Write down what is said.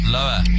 Lower